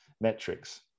metrics